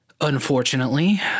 Unfortunately